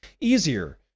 easier